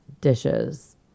dishes